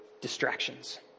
distractions